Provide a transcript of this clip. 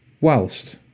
whilst